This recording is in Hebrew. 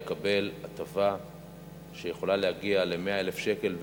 יקבל הטבה שיכולה להגיע ל-100,000 שקל,